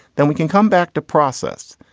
then we can come back to process.